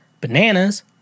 bananas